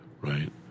right